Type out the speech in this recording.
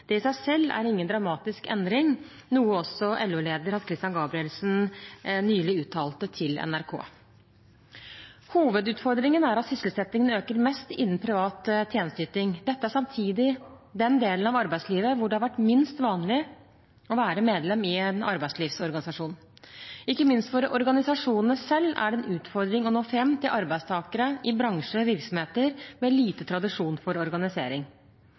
Det i seg selv er ingen dramatisk endring, noe også LO-leder Hans-Christian Gabrielsen nylig uttalte til NRK. Hovedutfordringen er at sysselsettingen øker mest innen privat tjenesteyting. Dette er samtidig den delen av arbeidslivet hvor det har vært minst vanlig å være medlem i en arbeidslivsorganisasjon. Ikke minst for organisasjonene selv er det en utfordring å nå fram til arbeidstakere i bransjer og virksomheter med lite tradisjon for organisering.